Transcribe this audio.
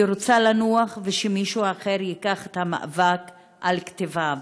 אני רוצה לנוח ושמישהו אחרי ייקח את המאבק על כתפיו.